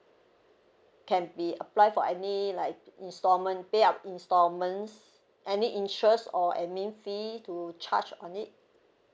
can be applied for any like instalment payout instalments any interests or admin fee to charge on it